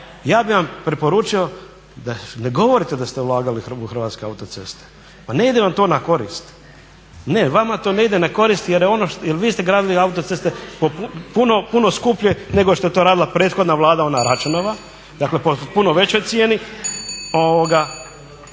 Ja bih vam preporučio da ne govorite da ste ulagali u Hrvatske autoceste. Pa ne ide vam to na korist. Ne, vama to ne ide na korist jer je ono, jer vi ste gradili autoceste puno skuplje nego što je to radila prethodna Vlada ona Račanova. Dakle, po punoj većoj cijeni.